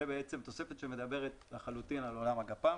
זאת תוספת שמדברת לחלוטין על עולם הגפ"ם.